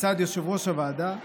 מצד יושב-ראש הוועדה,